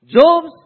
Job's